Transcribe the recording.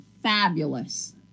Fabulous